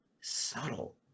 subtle